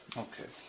okay,